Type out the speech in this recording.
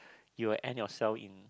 you will end yourself in